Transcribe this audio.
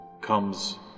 Comes